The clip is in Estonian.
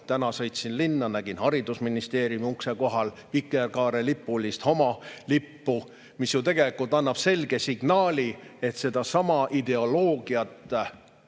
täna sõitsin linna, nägin haridusministeeriumi ukse kohal – vikerkaarevärvilist homolippu, mis ju tegelikult annab selge signaali, et sedasama ideoloogiat